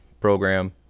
program